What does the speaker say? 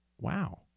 Wow